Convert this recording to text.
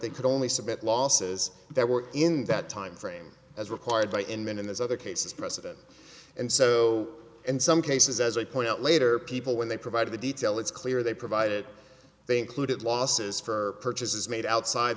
they could only submit losses that were in that time frame as required by him in those other cases precedent and so in some cases as i pointed out later people when they provided the detail it's clear they provided they included losses for purchases made outside